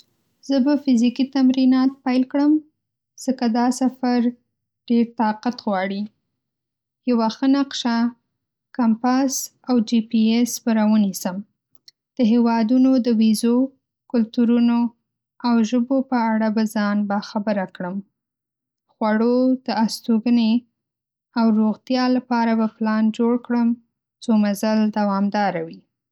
زه به فزیکي تمرینات پيل کړم، ځکه دا سفر ډېر طاقت غواړي. یوه ښه نقشه، کمپاس، او جي پی ایس به راونیسم. د هېوادونو د ویزو، کلتورونو، او ژبو په اړه به ځان با خبره کړم. خوړو، د استوګنې او روغتیا لپاره به پلان جوړ کړم، څو مزل دوامداره وي.